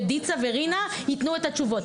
ודיצה ורינה ייתנו את התשובות?